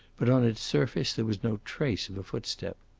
but on its surface there was no trace of a footstep.